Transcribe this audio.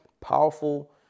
powerful